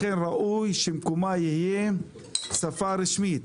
לכן ראוי שמקומה של הערבית יהיה שפה רשמית.